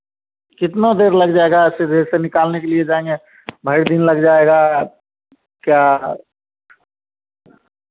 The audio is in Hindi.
कितना देर लग जाएगा आज की डेट से निकालने के लिए जाएँगे ढाई दिन लग जाएगा क्या